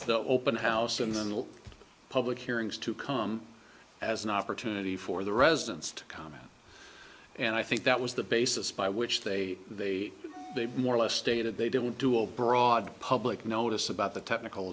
the open house in the public hearings to come as an opportunity for the residents to comment and i think that was the basis by which they they they more or less stated they didn't do a broad public notice about the technical